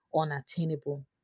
unattainable